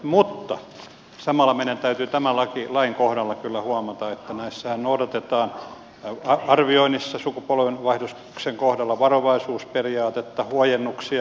mutta samalla meidän täytyy tämän lain kohdalla kyllä huomata että sukupolvenvaihdoksen kohdallahan noudatetaan arvioinnissa varovaisuusperiaatetta ja on huojennuksia